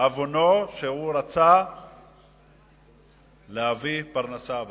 עוונו שהוא רצה להביא פרנסה הביתה.